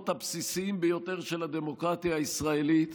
הבסיסיים ביותר של הדמוקרטיה הישראלית,